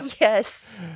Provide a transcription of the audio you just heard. Yes